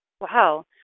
Wow